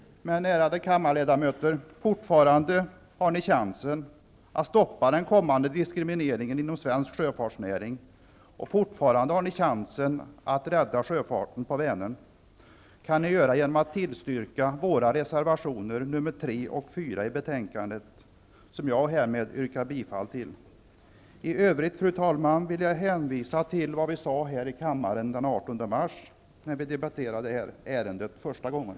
Men, ärade kammarledamöter, fortfarande har ni chansen att stoppa den kommande diskrimineringen inom svensk sjöfartsnäring. Fortfarande har ni chansen att rädda sjöfarten på Vänern. Det kan ni göra genom att tillstyrka våra reservationer nr 3 och 4 till betänkandet, vilka jag härmed yrkar bifall till. I övrigt, fru talman, vill jag hänvisa till det vi sade här i kammaren den 18 mars, när vi debatterade ärendet första gången.